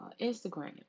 Instagram